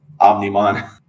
Omnimon